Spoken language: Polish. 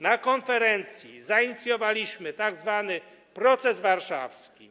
Na konferencji zainicjowaliśmy tzw. proces warszawski.